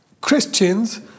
Christians